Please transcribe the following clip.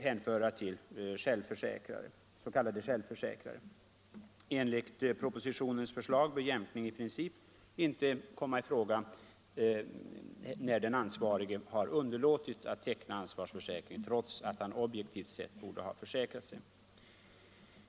hänföra till s.k. självförsäkrare. Enligt propositionens förslag bör jämkning i princip inte komma i fråga när den ansvarige har underlåtit att teckna ansvarsförsäkring trots att han objektivt sett borde ha försäkrat sig.